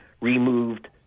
removed